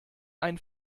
ein